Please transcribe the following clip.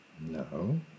No